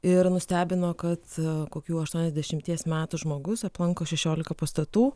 ir nustebino kad kokių aštuoniasdešimties metų žmogus aplanko šešiolika pastatų